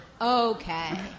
Okay